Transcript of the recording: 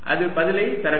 அது பதிலை தர வேண்டும்